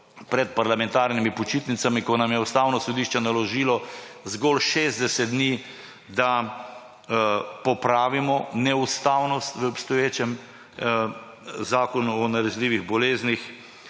pred parlamentarnimi počitnicami, ko nam je Ustavno sodišče naložilo zgolj 60 dni, da popravimo neustavnost v obstoječem zakonu o nalezljivih boleznih.